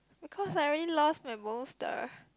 because I really lost my booster